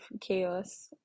chaos